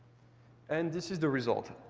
and this is the result.